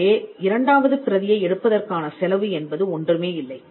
எனவே இரண்டாவது பிரதியை எடுப்பதற்கான செலவு என்பது ஒன்றுமே இல்லை